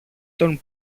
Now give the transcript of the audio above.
τον